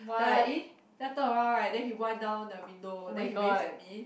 then I eh then I turn around right then he wind down the window then he waved at me